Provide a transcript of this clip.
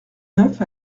neuf